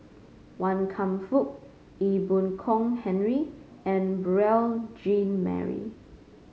Wan Kam Fook Ee Boon Kong Henry and Beurel Jean Marie